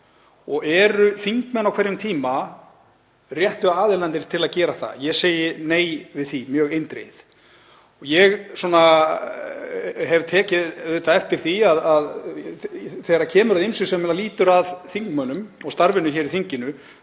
Og eru þingmenn á hverjum tíma réttu aðilarnir til að gera það? Ég segi nei við því, mjög eindregið. Ég hef tekið eftir því að þegar kemur að ýmsu sem lýtur að þingmönnum og starfinu í þinginu